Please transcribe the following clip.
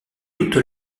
toute